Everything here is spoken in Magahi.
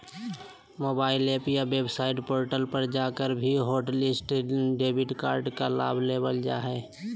मोबाइल एप या वेबसाइट पोर्टल पर जाकर भी हॉटलिस्ट डेबिट कार्ड के लाभ लेबल जा हय